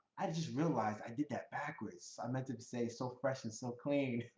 i just realized i did that backwards, i meant to say so fresh and so clean.